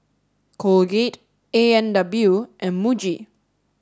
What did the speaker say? Colgate A and W and Muji